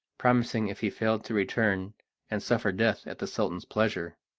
promising if he failed to return and suffer death at the sultan's pleasure.